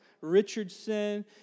Richardson